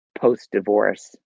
post-divorce